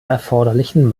erforderlichen